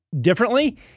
Differently